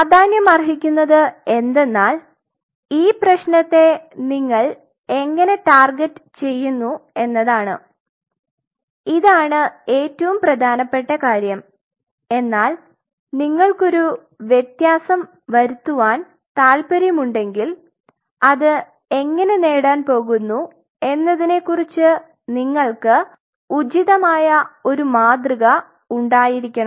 പ്രാധാന്യമർഹിക്കുന്നത് എന്തെന്നാൽ ഈ പ്രശ്നത്തെ നിങ്ങൾ എങ്ങനെ ടാർഗെറ്റുചെയ്യുന്നു എന്നതാണ് ഇതാണ് ഏറ്റവും പ്രെധാനപെട്ട കാര്യം എന്നാൽ നിങ്ങൾക്ക് ഒരു വ്യത്യാസം വരുത്താൻ താൽപ്പര്യമുണ്ടെങ്കിൽ അത് എങ്ങനെ നേടാൻ പോകുന്നു എന്നതിനെക്കുറിച് നിങ്ങൾക്ക് ഉചിതമായ ഒരു മാതൃക ഉണ്ടായിരിക്കണം